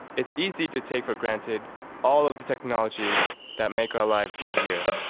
it's easy to take for granted all of the technologies that make our lives easier,